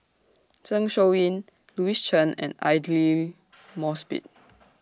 Zeng Shouyin Louis Chen and Aidli Mosbit